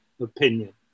opinion